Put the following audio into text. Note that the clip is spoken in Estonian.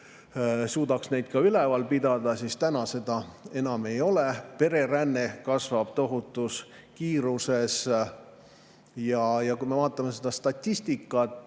suudab neid ka üleval pidada, siis täna seda enam ei ole [vaja]. Pereränne kasvab tohutul kiirusel. Ja kui me vaatame statistikat,